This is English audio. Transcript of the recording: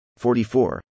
44